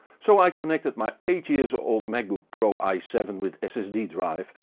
so i connected my eight years old macbook pro i seven with ssd drive,